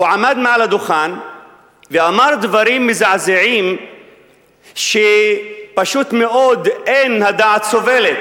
הוא עמד על הדוכן ואמר דברים מזעזעים שפשוט מאוד אין הדעת סובלת.